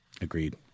Agreed